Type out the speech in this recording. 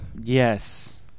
Yes